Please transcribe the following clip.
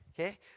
Okay